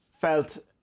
felt